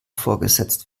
vorgesetzt